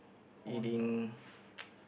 eating